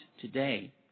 today